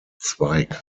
zweig